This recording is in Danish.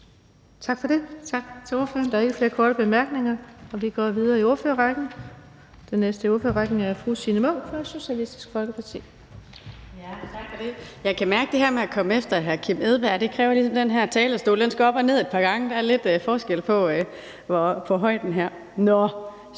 Tak for det. Tak til ordføreren. Der er ikke flere korte bemærkninger. Vi går videre i ordførerrækken. Den næste i rækken er fru Signe Munk fra Socialistisk Folkeparti.